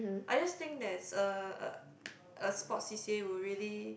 I just think that's uh a sports C_C_A would really